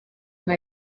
nka